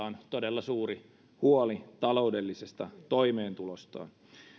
on todella suuri huoli taloudellisesta toimeentulostaan